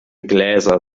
gläser